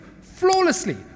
flawlessly